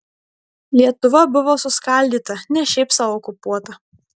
lietuva buvo suskaldyta ne šiaip sau okupuota